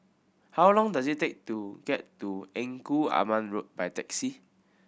how long does it take to get to Engku Aman Road by taxi